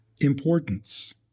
importance